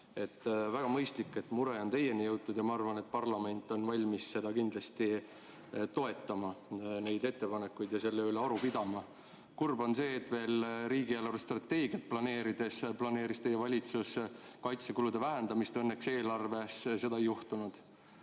Väga mõistlik, et mure on teieni jõudnud. Ma arvan, et parlament on kindlasti valmis toetama neid ettepanekuid ja nende üle aru pidama. Kurb on see, et veel riigi eelarvestrateegiat planeerides planeeris teie valitsus kaitsekulude vähendamist. Õnneks eelarves seda ei tehtud.